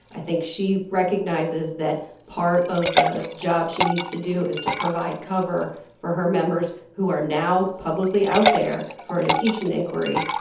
i think she recognizes that part of the job she needs to do is to provide cover for her members who are now publicly out there for an impeachment inquiry.